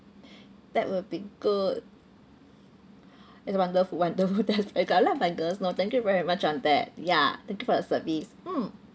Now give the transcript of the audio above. that will be good it's wonderful wonderful there's they got a lot of bangles no thank you very much on that ya thank you for the service mm